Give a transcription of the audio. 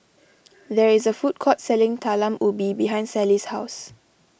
there is a food court selling Talam Ubi behind Sallie's house